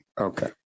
Okay